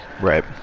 Right